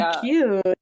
cute